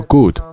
Good